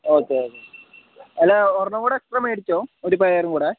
okay okay അല്ലേ ഒരെണ്ണം കൂടി എക്സ്ട്രാ മേടിച്ചോളൂ ഒരു പെയറും കൂടി